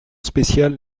spéciale